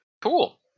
Cool